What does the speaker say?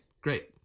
great